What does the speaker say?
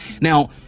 Now